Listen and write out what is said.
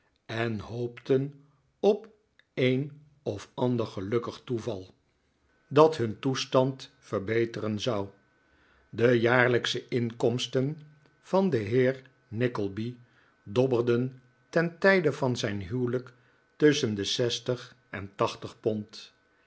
en hoopten op een of ander gelukkig toeval nikolaas nickleby dat hun toestand verbeteren zou de jaarlijksche inkomsten van den heer nickleby dobberden ten tijde van zijn huwelijk tusschen de zestig en tachtig pond